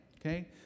Okay